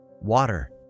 Water